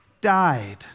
died